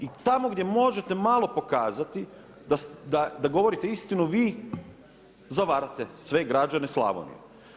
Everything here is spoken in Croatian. I tamo gdje možete malo pokazati da govorite istinu vi zavarate sve građane Slavonije.